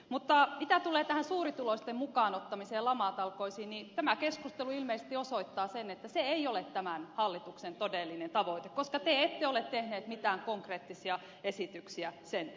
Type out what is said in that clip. mutta mitä tulee tähän suurituloisten mukaan ottamiseen lamatalkoisiin niin tämä keskustelu ilmeisesti osoittaa sen että se ei ole tämän hallituksen todellinen tavoite koska te ette ole tehneet mitään konkreettisia esityksiä sen hyväksi